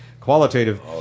qualitative